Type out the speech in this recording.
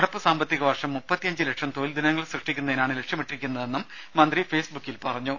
നടപ്പു സാമ്പത്തിക വർഷം മുപ്പത്തിയഞ്ചു ലക്ഷം തൊഴിൽ ദിനങ്ങൾ സൃഷ്ടിക്കുന്നതിനാണ് ലക്ഷ്യമിട്ടിരിക്കുന്നതെന്നും മന്ത്രി ഫേസ്ബുക്കിൽ പറഞ്ഞു